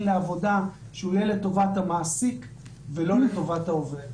לעבודה שהוא יהיה לטובת המעסיק ולא לטובת העובד.